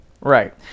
right